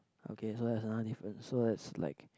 okay so there's another difference so that's like